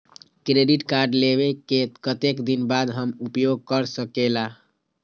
Credit card लेबे के कतेक दिन बाद हम उपयोग कर सकेला?